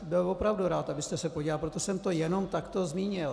Byl bych opravdu rád, abyste se podívali, proto jsem to jenom takto zmínil.